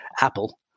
Apple